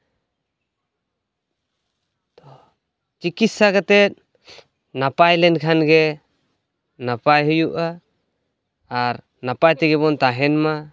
ᱪᱤᱠᱤᱥᱥᱟ ᱠᱟᱛᱮᱫ ᱱᱟᱯᱟᱭ ᱞᱮᱱᱠᱷᱟᱱ ᱜᱮ ᱱᱟᱯᱟᱭ ᱦᱩᱭᱩᱜᱼᱟ ᱟᱨ ᱱᱟᱯᱟᱭ ᱛᱮᱜᱮ ᱵᱚᱱ ᱛᱟᱦᱮᱱ ᱢᱟ